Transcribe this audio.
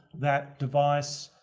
that device,